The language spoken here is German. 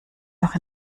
noch